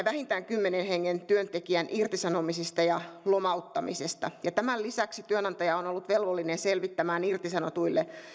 vähintään kymmenen työntekijän irtisanomisista ja lomauttamisista tämän lisäksi työnantaja on on ollut velvollinen selvittämään irtisanotuille